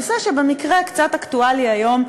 נושא שבמקרה קצת אקטואלי היום,